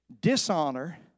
Dishonor